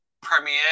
Premiere